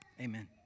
Amen